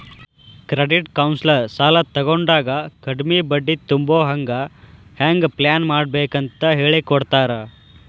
credit counsellor ಸಾಲಾ ತಗೊಂಡಾಗ ಕಡ್ಮಿ ಬಡ್ಡಿ ತುಂಬೊಹಂಗ್ ಹೆಂಗ್ ಪ್ಲಾನ್ಮಾಡ್ಬೇಕಂತ್ ಹೆಳಿಕೊಡ್ತಾರ